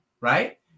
right